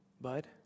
Bud